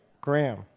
Graham